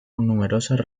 numerosas